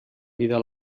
vida